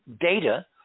data